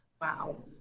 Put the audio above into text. Wow